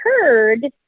heard